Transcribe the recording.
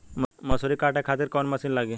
मसूरी काटे खातिर कोवन मसिन लागी?